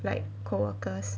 like coworkers